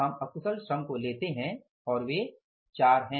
हम अकुशल श्रम को लेते हैं और वे 4 हैं